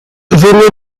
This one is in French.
veneux